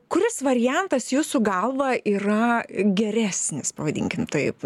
kuris variantas jūsų galva yra geresnis pavadinkim taip